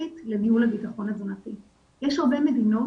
בינתיים,